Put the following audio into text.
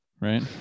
right